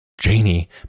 Janie